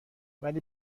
ولی